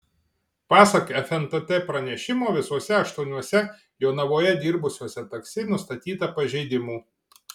pasak fntt pranešimo visuose aštuoniuose jonavoje dirbusiuose taksi nustatyta pažeidimų